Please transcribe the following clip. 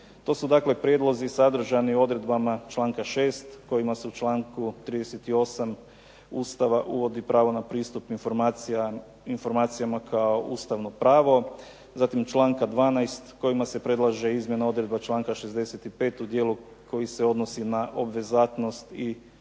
To su dakle prijedlozi sadržani odredbama članka 6. kojima se u članku 38. Ustava uvodi pravo na pristup informacijama kao ustavno pravo. Zatim, članka 12. kojima se predlaže izmjena odredba članka 65. u dijelu koji se odnosi na obvezatnost i